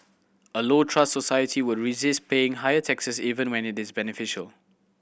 a low trust society will resist paying higher taxes even when it is beneficial